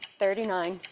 thirty nine.